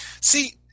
See